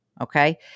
Okay